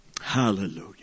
Hallelujah